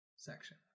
section